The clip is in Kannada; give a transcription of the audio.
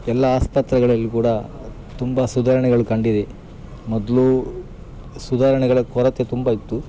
ಎಲ್ಲ ಆಸ್ಪತ್ರೆಗಳಲ್ಲಿ ಕೂಡ ತುಂಬ ಸುಧಾರಣೆಗಳು ಕಂಡಿದೆ ಮೊದಲು ಸುಧಾರಣೆಗಳ ಕೊರತೆ ತುಂಬ ಇತ್ತು